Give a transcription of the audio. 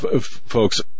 folks